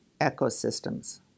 ecosystems